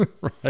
Right